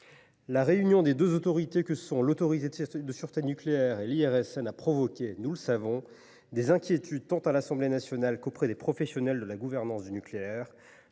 La réunion des deux autorités que sont l’ASN et l’IRSN a provoqué, nous le savons, des inquiétudes, tant à l’Assemblée nationale qu’auprès des professionnels de la gouvernance du nucléaire.